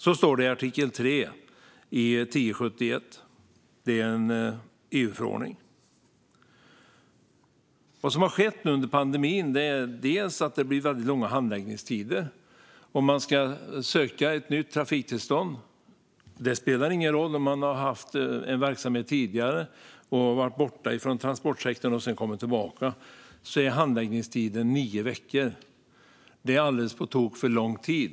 Så står det i artikel 3 i EU:s förordning 1071. Vad som har skett nu under pandemin är att det blir långa handläggningstider. Om man ska söka ett nytt trafiktillstånd är handläggningstiden nio veckor, och det spelar ingen roll om man har haft en verksamhet tidigare och har varit borta från transportsektorn och sedan kommit tillbaka. Det är alldeles på tok för lång tid.